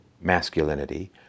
masculinity